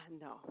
No